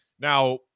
Now